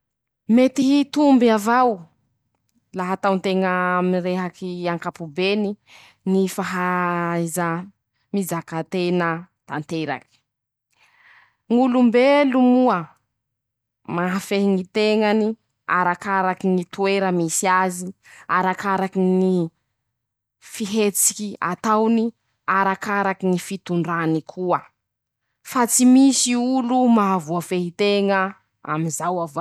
Mety hitomby avao, laha ataon-teña aminy rehaky ankapobeny, ñy fahaaiza, mizaka tena tanteraky. ñ'olombelo moa, mahafehy ñy teñany arakaraky ñy toera misy azy, arakaraky ñy fihetsiky ataony, arakaraky ñy fitondrany koa, fa tsy misy olo mahavoa fehy teña amizao.